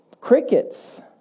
Crickets